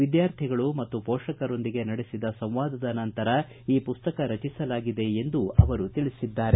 ವಿದ್ಯಾರ್ಥಿಗಳು ಮತ್ತು ಪೋಷಕರೊಂದಿಗೆ ನಡೆಸಿದ ಸಂವಾದದ ನಂತರ ಈ ಪುಸ್ತಕ ರಚಿಸಲಾಗಿದೆ ಎಂದು ತಿಳಿಸಿದ್ದಾರೆ